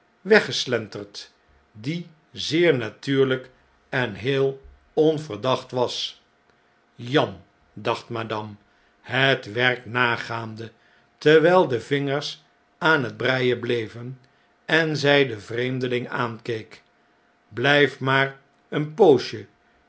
weggeslenterd die zeer natuurljjk en heel onverdacht was jan dacht madame het werk nagaande terwijl de vingers aan het breien bleven en zy den vreemdeling aankeek bljjf maar een poosje